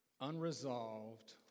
unresolved